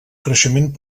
creixement